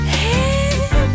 hey